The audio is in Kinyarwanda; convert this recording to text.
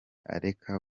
areka